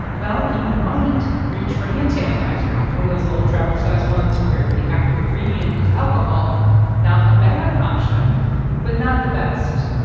well, you might reach for hand sanitizer one of those little travel-sized ones, where the active ingredient is alcohol not a bad option but not the best.